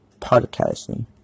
podcasting